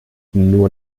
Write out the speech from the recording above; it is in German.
nur